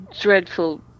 dreadful